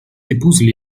épousent